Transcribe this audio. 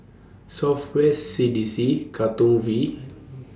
South West C D C Katong V